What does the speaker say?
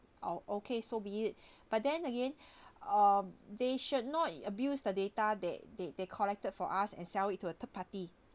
oh okay so be it but then again um they should not abuse the data that they they collected for us and sell it to a third party